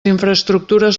infraestructures